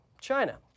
China